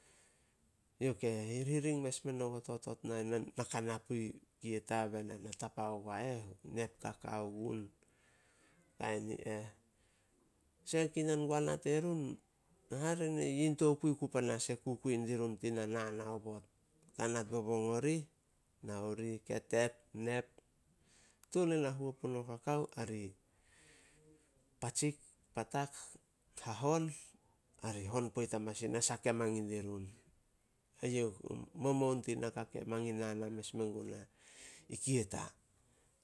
Youh ke hirhiring mes meno go totot na, na ka na pui Kieta be na na tapa ogua eh, nep kakao gun, kain i eh. Kinan gua na terun, hare ne, yin tokui ku panas e kukui dirun tina naan aobot, kanat bobong orih, nao rih, ketep, nep, tuan e na huo puno kakao. A ri patsik, patak, hahon. A ri hon poit i nasah ke mangin dirun. Eyouh oku momoun tin naka ke mangin nana mes sin guna, i Kieta.